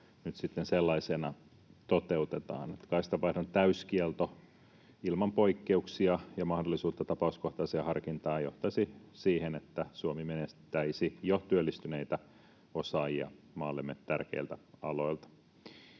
nyt sitten sellaisena toteutetaan. Kaistanvaihdon täyskielto ilman poikkeuksia ja mahdollisuutta tapauskohtaiseen harkintaan johtaisi siihen, että Suomi menettäisi jo työllistyneitä osaajia maallemme tärkeiltä aloilta.